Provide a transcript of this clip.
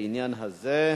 בעניין הזה.